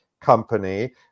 company